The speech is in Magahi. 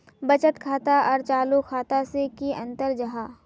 बचत खाता आर चालू खाता से की अंतर जाहा?